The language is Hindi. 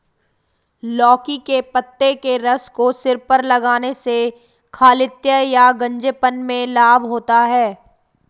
लौकी के पत्ते के रस को सिर पर लगाने से खालित्य या गंजेपन में लाभ होता है